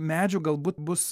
medžių galbūt bus